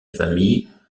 famille